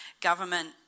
Government